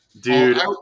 dude